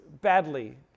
badly